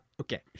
Okay